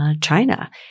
China